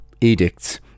edicts